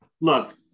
Look